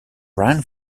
ran